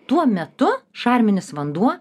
tuo metu šarminis vanduo